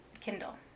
Kindle